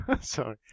Sorry